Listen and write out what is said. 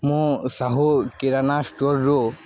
ମୁଁ ସାହୁ କିରାନା ଷ୍ଟୋର୍ରୁ